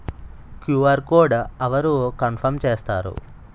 QR code అవరు confirm చేస్తారు?